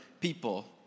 people